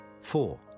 four